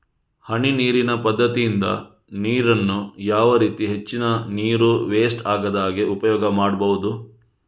ಹನಿ ನೀರಿನ ಪದ್ಧತಿಯಿಂದ ನೀರಿನ್ನು ಯಾವ ರೀತಿ ಹೆಚ್ಚಿನ ನೀರು ವೆಸ್ಟ್ ಆಗದಾಗೆ ಉಪಯೋಗ ಮಾಡ್ಬಹುದು?